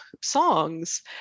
songs